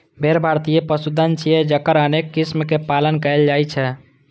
भेड़ भारतीय पशुधन छियै, जकर अनेक किस्मक पालन कैल जाइ छै